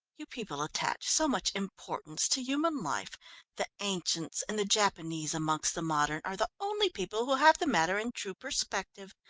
you people attach so much importance to human life the ancients, and the japanese amongst the modern, are the only people who have the matter in true perspective.